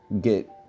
get